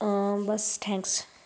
ਬਸ thanks